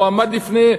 והוא עמד בפני,